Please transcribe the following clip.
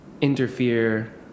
interfere